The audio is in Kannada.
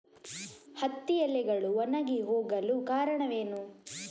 ಹತ್ತಿ ಎಲೆಗಳು ಒಣಗಿ ಹೋಗಲು ಕಾರಣವೇನು?